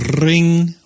ring